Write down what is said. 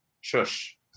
Shush